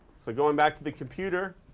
so going back to the computer,